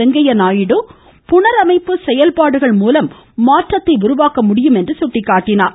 வெங்கய்ய நாயுடு புனரமைப்பு செயல்பாடு மூலம் மாற்றத்தை உருவாக்க முடியும் என்றார்